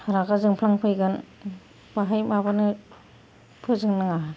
रागा जोंफ्लांफैगोन बाहाय माबानो फोजोंनो नाङा